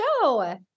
show